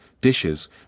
dishes